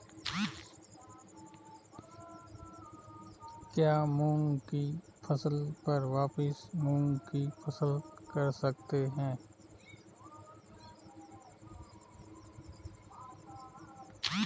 क्या मूंग की फसल पर वापिस मूंग की फसल कर सकते हैं?